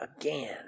again